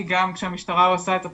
כי גם כשהמשטרה עושה את הפיילוט,